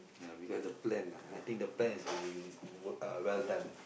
ya because the plan ah I think the plan is very w~ uh well done